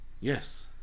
Yes